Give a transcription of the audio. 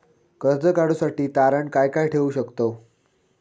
कर्ज काढूसाठी तारण काय काय ठेवू शकतव?